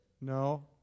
No